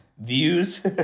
views